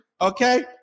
okay